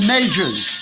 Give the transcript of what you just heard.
Majors